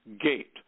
gate